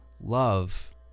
love